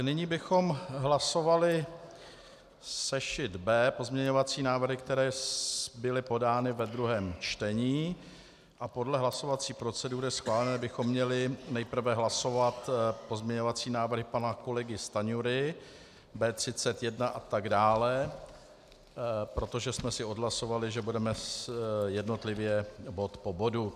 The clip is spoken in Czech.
Nyní bychom hlasovali sešit B, pozměňovací návrhy, které byly podány ve druhém čtení, a podle schválené hlasovací procedury bychom měli nejprve hlasovat pozměňovací návrhy pana kolegy Stanjury B31 atd., protože jsme si odhlasovali, že budeme jednotlivě bod po bodu.